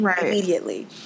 immediately